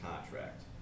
contract